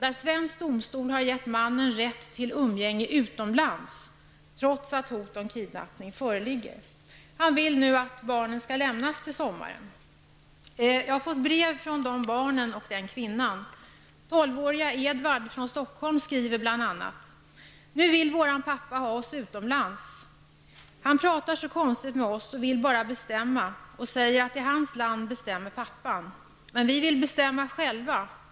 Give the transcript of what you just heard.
En svensk domstol har gett mannen rätt till umgänge utomlands, trots att hot om kidnappning föreligger. Nu vill mannen att barnen skall utlämnas till sommaren. Jag har fått brev från dessa barn och denna kvinna. 12-årige Edvard från Stockholm skriver bl.a.: ''Nu vill våran pappa ha oss utomlands. Han pratar så konstigt med oss och vill bara bestämma och säger att i hans land bestämmer pappan. Men vi vill bestämma själva.